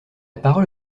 parole